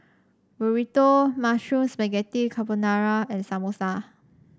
Burrito Mushroom Spaghetti Carbonara and Samosa